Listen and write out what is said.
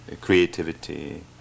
creativity